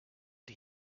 did